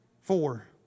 Four